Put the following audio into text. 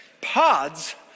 pods